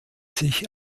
sich